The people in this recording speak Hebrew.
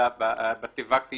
אלא בתיבה כפי